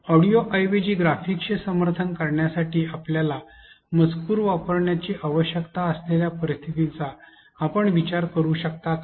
ऑडिओऐवजी ग्राफिक्सचे समर्थन करण्यासाठी आपल्याला मजकूर वापरण्याची आवश्यकता असलेल्या परिस्थितीचा आपण विचार करू शकता का